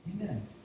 Amen